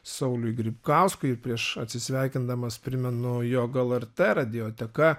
sauliui grybkauskui prieš atsisveikindamas primenu jog lrt radioteka